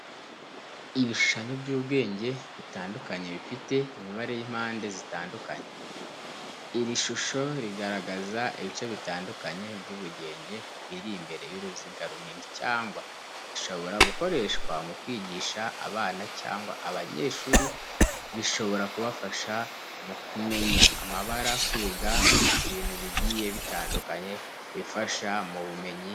Ibishushanyo by'ubugenge bitandukanye bifite imibare y’impande zitandukanye. Iri shusho rigaragaza ibice bitandukanye by'ubugenge biri imbere y’uruziga runini cyangwa bishobora gukoreshwa mu kwigisha abana cyangwa abanyeshuri bishobora kubafasha mu kumenya amabara kwiga ibintu bigiye bitandukanye bibafasha mu bumenyi rusange.